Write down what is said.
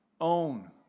own